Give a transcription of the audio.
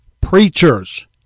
preachers